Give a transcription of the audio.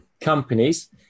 companies